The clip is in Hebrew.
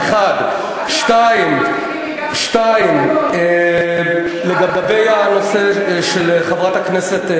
אולי 30,000. בואו נעביר חוק שכולם יקבלו 30,000,